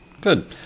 Good